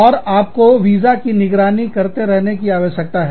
और आपको वीजा की निगरानी करते रहने की आवश्यकता है